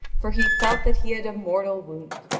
for he felt that he had a mortal wound,